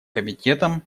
комитетом